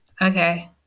Okay